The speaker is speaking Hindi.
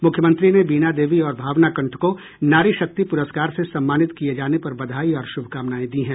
मुख्यमंत्री ने बीना देवी और भावना कंठ को नारी शक्ति पुरस्कार से सम्मानित किये जाने पर बधाई और शुभकामनायें दीं हैं